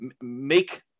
make